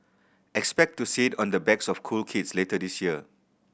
expect to see it on the backs of cool kids later this year